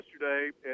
yesterday